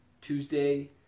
Tuesday